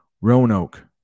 Roanoke